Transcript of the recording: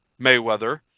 Mayweather